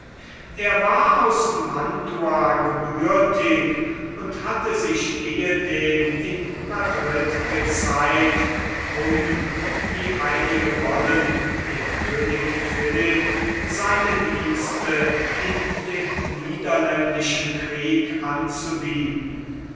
er war aus mantua gebürtig und hatte sich ehedem in madrid gezeigt um wie einige wollen dem könig philipp seine dienste in dem niederländischen krieg anzubieten